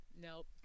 nope